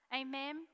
Amen